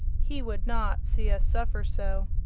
he would not see us suffer so.